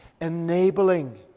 enabling